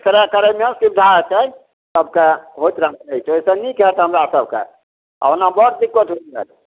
x ray करैमे सुवधा होयतै सबके होइत रहतै एहि से एहि से नीक होएत हमरा सबके आ ओना बड़ दिक्कत होइए